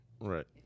Right